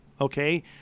Okay